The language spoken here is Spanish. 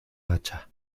hacha